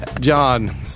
john